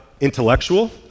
intellectual